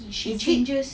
is it